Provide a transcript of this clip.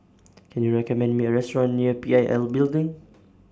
Can YOU recommend Me A Restaurant near P I L Building